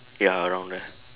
ya around there